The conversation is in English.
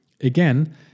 Again